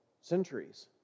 centuries